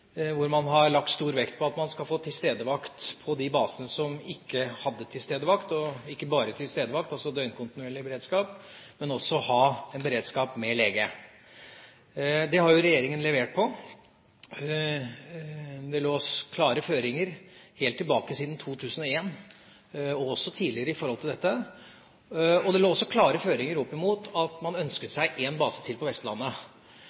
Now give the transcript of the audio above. man skal ha tilstedevakt på de basene som ikke hadde tilstedevakt, og ikke bare tilstedevakt, men også døgnkontinuerlig beredskap med lege. Det har jo regjeringa levert på. Det har vært klare føringer helt tilbake siden 2001, og også tidligere, når det gjelder dette. Det lå klare føringer opp mot at man ønsket seg én base til på Vestlandet.